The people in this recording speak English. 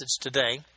today